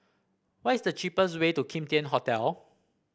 what is the cheapest way to Kim Tian Hotel